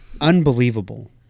unbelievable